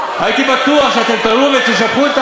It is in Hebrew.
הייתי בטוח שאתם תבואו ותשבחו את